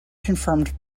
confirmed